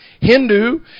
Hindu